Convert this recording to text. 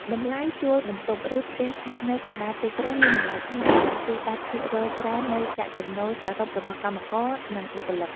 តម្លៃជួលបន្ទប់ ឬផ្ទះស្នាក់នៅកណ្តាលទីក្រុងមានតម្លៃថ្លៃដែលស៊ីដាច់ភាគរយច្រើននៃប្រាក់ចំណូលសរុបរបស់កម្មករនិងបុគ្គលិក។